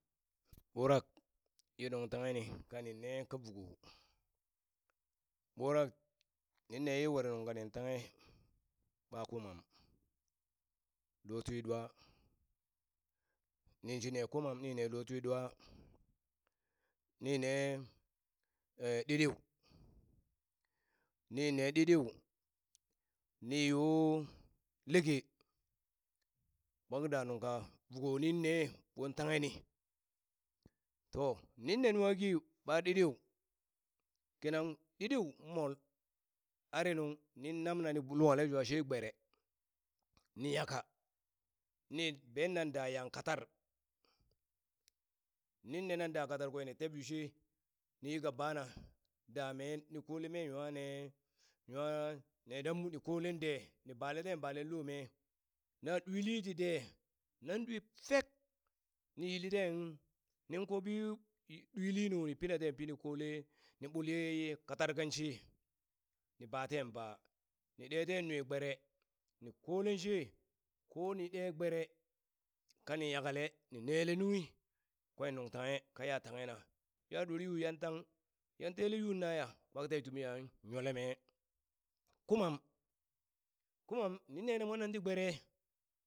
Ɓurak ye nung tanghe ni ka nin ne ka vuko, ɓurak ninne ye were nungka nin tanghe ɓa kumam, lotwi ɗwa, ninshi ne kuman ni ne lotwiɗwa, nine ɗiɗiu nine ɗiɗiu ni yo leke, kpak da nunka vuko nin ne mon tanghe ni, to ninne nwaki ɓa ɗiɗiu kina ɗiɗiu mol ari nuŋ nin namna ni luhale jwa she gbere ni nyaka ni bernan da yang katar, nin nenan da katarkwe ni teb yu she ni yika bana da mee ni kole meen nwa ne nwa ne damɓu ni kolen de ni ɓale ten ɓale lo mee na ɗwili ti de nan ɗwi fek ni yilli ten nin ko bii ɗwili nu ni pina ten pi ni kole ni ɓul ye katar kan she ni ba ten ba ni ɗe ten nui gbere ni kolen she ko ni ɗe gbere kani nyakale ni nele nunghi kwen nuŋ tanghe kaya tanghe na ya ɗor yu yan tang yan tele yu naya kpak te tumiyan nyole me. Kumam, kumam nin ne na monen ti gbere